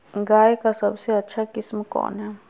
गाय का सबसे अच्छा किस्म कौन हैं?